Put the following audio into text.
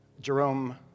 Jerome